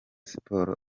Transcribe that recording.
siporo